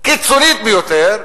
קיצונית ביותר,